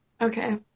Okay